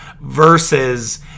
versus